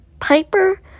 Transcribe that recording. Piper